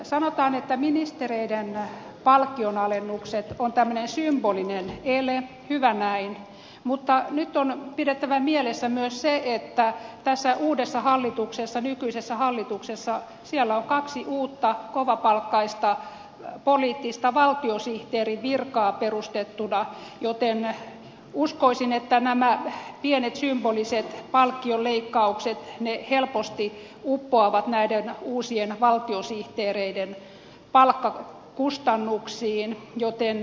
sanotaan että ministereiden palkkionalennukset on tämmöinen symbolinen ele hyvä näin mutta nyt on pidettävä mielessä myös se että tässä uudessa hallituksessa nykyisessä hallituksessa on kaksi uutta kovapalkkaista poliittista valtiosihteerin virkaa perustettuna joten uskoisin että nämä pienet symboliset palkkionleikkaukset helposti uppoavat näiden uusien valtiosihteereiden palkkakustannuksiin